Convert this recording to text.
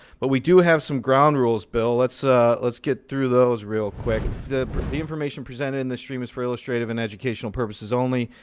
but we do have some ground rules, bill. let's ah let's get through those real quick. the the information presented in this stream is for illustrative and educational purposes only.